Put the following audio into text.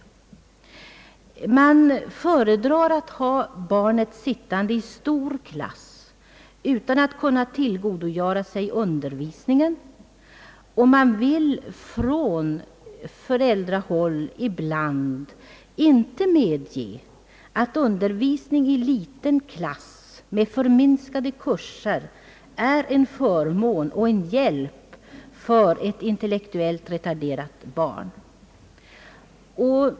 Föräldrarna föredrar att ha barnet sittande i en stor klass utan att kunna tillgodogöra sig undervisningen, och föräldrarna vill ibland inte medge att undervisning i en liten klass med förminskade kurser är en förmån och en hjälp för ett intellektuellt retarderat barn.